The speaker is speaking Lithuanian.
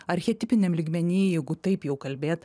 archetipiniam lygmeny jeigu taip jau kalbėt